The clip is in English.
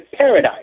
paradise